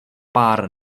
pár